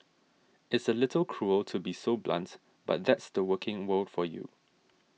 it's a little cruel to be so blunt but that's the working world for you